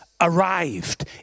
arrived